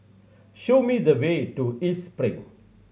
show me the way to East Spring